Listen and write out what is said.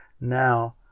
now